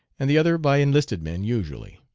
and the other by enlisted men usually.